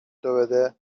بده